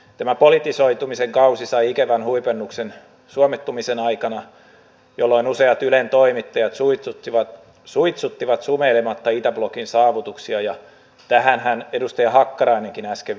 tämä politisoitumisen kausi sai ikävän huipennuksen suomettumisen aikana jolloin useat ylen toimittajat suitsuttivat sumeilematta itäblokin saavutuksia ja tähänhän edustaja hakkarainenkin äsken viittasi